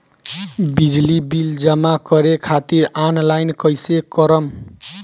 बिजली बिल जमा करे खातिर आनलाइन कइसे करम?